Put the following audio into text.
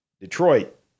Detroit